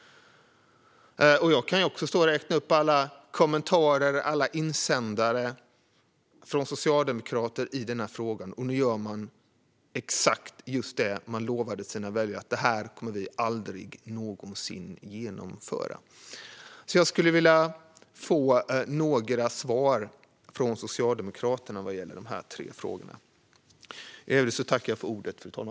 Jag kan stå här och räkna upp alla kommentarer och insändare från socialdemokrater i denna fråga, och nu gör man exakt just det man lovade sina väljare att man aldrig någonsin skulle genomföra. Jag skulle vilja få några svar från Socialdemokraterna när det gäller de här tre frågorna.